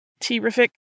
terrific